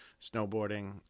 snowboarding